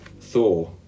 Thor